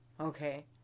okay